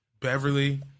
Beverly